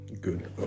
Good